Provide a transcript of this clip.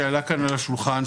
שעלה כאן על השולחן,